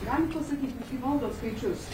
galit pasakyt kaip valdot skaičius